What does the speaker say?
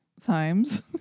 times